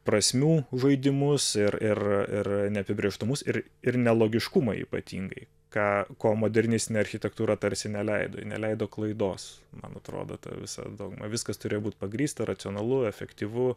prasmių žaidimus ir ir ir neapibrėžtumus ir ir nelogiškumą ypatingai ką ko modernistinė architektūra tarsi neleido j neleido klaidos man atrodo ta visada viskas turėjo būti pagrįsta racionalu efektyvu